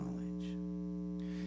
knowledge